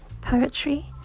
Poetry